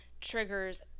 triggers